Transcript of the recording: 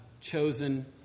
chosen